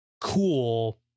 cool